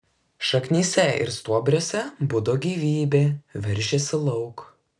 šaknyse ir stuobriuose budo gyvybė veržėsi lauk